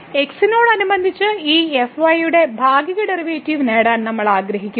x നോടനുബന്ധിച്ച് ഈ യുടെ ഭാഗിക ഡെറിവേറ്റീവ് നേടാൻ നമ്മൾ ആഗ്രഹിക്കുന്നു